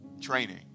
training